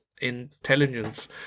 intelligence